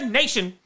nation